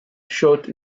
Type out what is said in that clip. short